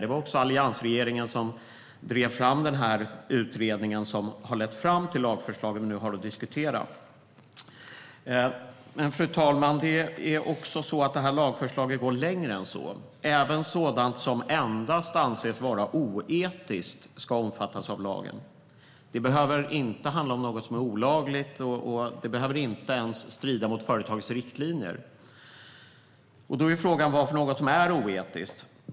Det var också alliansregeringen som tog initiativ till utredningen som har lett fram till det lagförslag som vi nu diskuterar. Men lagförslaget går längre än så, fru talman. Även sådant som endast anses oetiskt ska omfattas av lagen. Det behöver inte handla om något som är olagligt eller ens strider mot företagets riktlinjer. Då är frågan vad det är som är oetiskt.